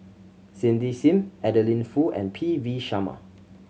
Cindy Sim Adeline Foo and P V Sharma